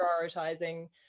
prioritizing